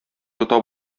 тота